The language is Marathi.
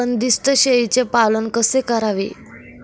बंदिस्त शेळीचे पालन कसे करावे?